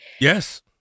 Yes